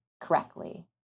correctly